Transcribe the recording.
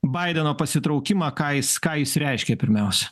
baideno pasitraukimą ką jis ką jis reiškia pirmiausia